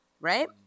Right